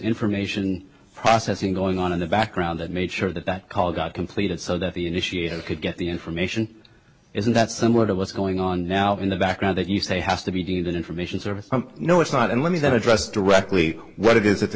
information processing going on in the background that made sure that that call got completed so that the initiator could get the information isn't that similar to what's going on now in the background that you say has to be to get information service no it's not and let me that address directly what it is